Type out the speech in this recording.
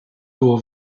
było